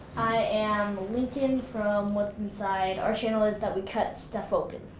i am lincoln from what's inside, our channel is that we cut stuff open,